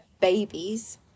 babies